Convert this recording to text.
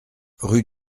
rue